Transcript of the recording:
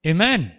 Amen